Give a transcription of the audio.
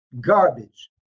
garbage